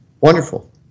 wonderful